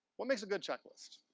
what makes a good checklist?